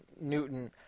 Newton